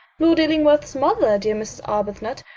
lord illingworth's mother, dear mrs. arbuthnot,